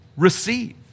receive